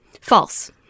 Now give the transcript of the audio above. False